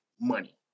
money